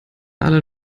alle